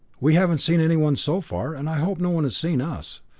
we haven't seen anyone so far, and i hope no one has seen us.